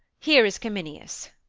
here is cominius.